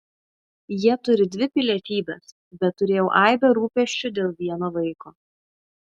jie turi dvi pilietybes bet turėjau aibę rūpesčių dėl vieno vaiko